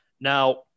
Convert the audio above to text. Now